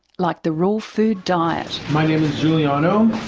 like the raw food diet. my name is juliano,